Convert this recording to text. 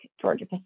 Georgia